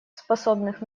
способных